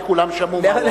כי כולם שמעו מה שהוא אמר.